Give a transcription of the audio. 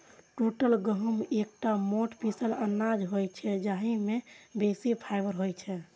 टूटल गहूम एकटा मोट पीसल अनाज होइ छै, जाहि मे बेसी फाइबर होइ छै